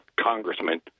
congressman